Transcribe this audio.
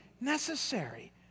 necessary